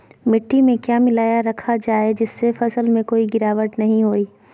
मिट्टी में क्या मिलाया रखा जाए जिससे फसल में कोई गिरावट नहीं होई?